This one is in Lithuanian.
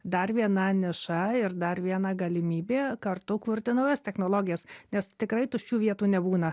dar viena niša ir dar viena galimybė kartu kurti naujas technologijas nes tikrai tuščių vietų nebūna